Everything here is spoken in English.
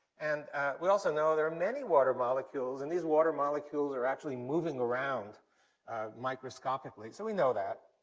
and we also know there are many water molecules, and these water molecules are actually moving around microscopically. so, we know that.